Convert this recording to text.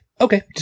Okay